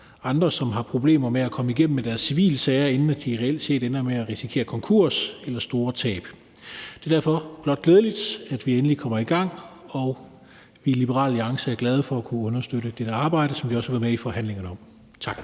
andre, som har problemer med at komme igennem med deres civilsager, inden de reelt set ender med at risikere konkurs eller store tab. Det er derfor blot glædeligt, at vi endelig kommer i gang, og vi er i Liberal Alliance glade for at kunne understøtte dette arbejde, som vi også har været med i forhandlingerne om. Tak.